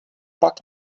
pak